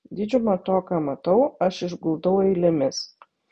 didžiumą to ką matau aš išguldau eilėmis